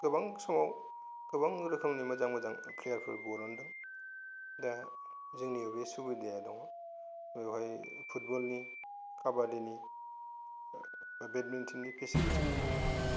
गोबां समाव गोबां रोखोमनि मोजां मोजां प्लेयारफोर बरनदों दा जोंनि बे सुबिदाया दङ बेवहाय फुटबलनि खाबादिनि बेदमिनटननि फेसिलितिफोर दङ